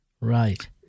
right